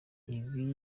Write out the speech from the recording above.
ibi